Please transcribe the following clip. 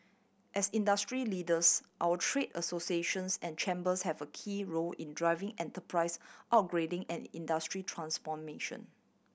as industry leaders our trade associations and chambers have a key role in driving enterprise upgrading and industry transformation